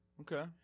Okay